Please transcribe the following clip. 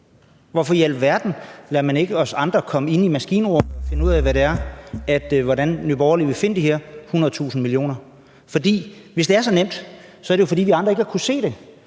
Hvorfor i alverden lader man ikke os andre komme ind i maskinrummet og finde ud af, hvordan Nye Borgerlige vil finde de her 100.000 mio. kr.? For hvis det er så nemt, er det jo, fordi vi andre ikke har kunnet se det,